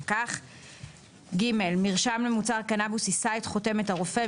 כך; (ג) מרשם למוצר קנבוס יישא את חותמת הרופא,